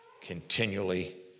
continually